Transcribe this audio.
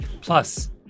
Plus